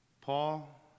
Paul